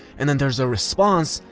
and then there's a response,